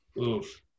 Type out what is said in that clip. Oof